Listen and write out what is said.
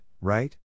right